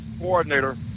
coordinator